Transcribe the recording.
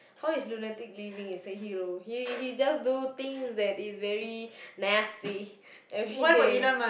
how is lunatic living as a hero he he just do things that is very nasty everyday